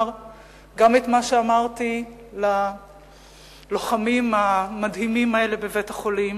גם את מה שאמרתי ללוחמים המדהימים האלה בבית-החולים